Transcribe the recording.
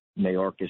Mayorkas